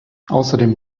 außerdem